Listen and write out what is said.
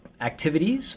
activities